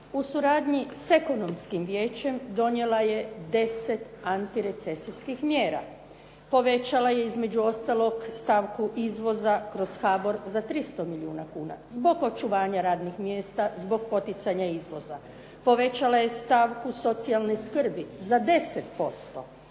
u suradnji s ekonomskim vijećem donijela je 10 antirecesijskih mjera, povećala je između ostalog stavku izvoza kroz HBOR za 300 milijuna kuna zbog očuvanja radnih mjesta, zbog poticanja izvoza. Povećala je stavku socijalne skrbi za 10%.